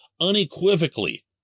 unequivocally